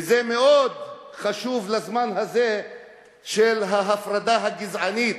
וזה מאוד חשוב לזמן הזה של ההפרדה הגזענית,